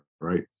right